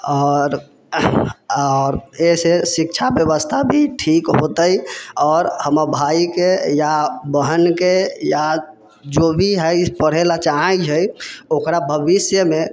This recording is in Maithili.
आओर एहिसे शिक्षा व्यवस्था भी ठीक होतय आओर हमर भायके या बहिनके या जो भी हइ पढ़य ला चाहैत छै ओकरा भविष्यमे